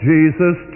Jesus